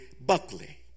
Buckley